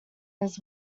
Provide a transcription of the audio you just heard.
his